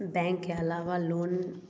bank के अलावा loan